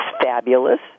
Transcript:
fabulous